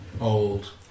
Old